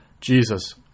Jesus